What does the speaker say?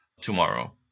tomorrow